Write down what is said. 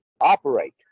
operate